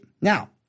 now